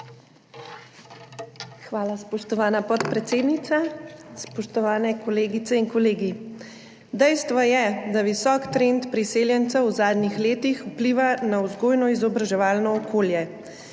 Hvala, spoštovana podpredsednica. Spoštovane kolegice in kolegi! Dejstvo je, da visok trend priseljencev v zadnjih letih vpliva na vzgojno-izobraževalno okolje.